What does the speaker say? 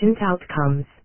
outcomes